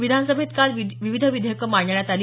विधानसभेत काल विविध विधेयकं मांडण्यात आली